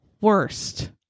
worst